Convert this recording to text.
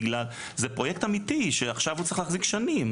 זה פרויקט אמיתי שעכשיו צריך להחזיק שנים,